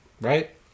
Right